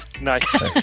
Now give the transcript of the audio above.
Nice